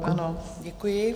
Ano, děkuji.